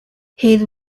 his